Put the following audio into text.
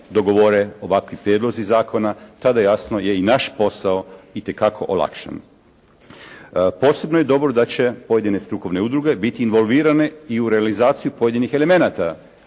dogovore ovakvi prijedlozi zakona, tada jasno je i naš posao itekako olakšan. Posebno je dobro da će pojedine strukovne udruge biti involvirane i u realizaciju pojedinih elemenata